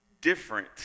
different